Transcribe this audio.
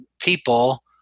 people